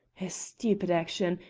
a stupid action!